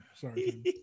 Sorry